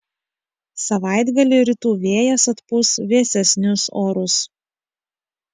savaitgalį rytų vėjas atpūs vėsesnius orus